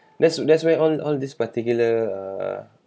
that's that's where all all this particular err